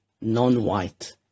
non-white